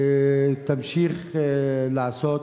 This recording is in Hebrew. ותמשיך לעשות.